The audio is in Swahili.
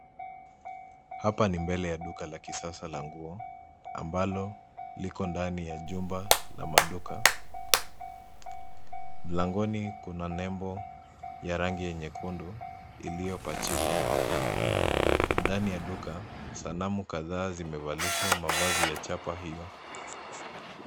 Hapa ni mbele ya duka la kisasa la nguo ambalo liko ndani ya jumba la maduka. Mlangoni kuna nembo ya rangi ya nyekundu iliyopachikwa. Ndani ya duka, sanamu kadhaa zimevalishwa mavazi ya chapa hio.